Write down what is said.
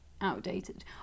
outdated